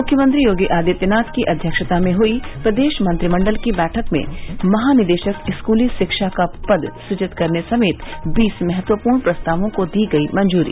मुख्यमंत्री योगी आदित्यनाथ की अध्यक्षता में हई प्रदेश मंत्रिमंडल की बैठक में महानिदेशक स्कूली शिक्षा का पद सुजित करने समेत बीस महत्वपूर्ण प्रस्तावों को दी गई मंजूरी